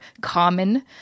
common